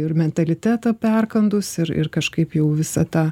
ir mentalitetą perkandus ir ir kažkaip jau visa ta